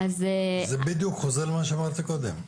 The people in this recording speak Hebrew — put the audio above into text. זה בדיוק חוזר למה שאמרתי קודם.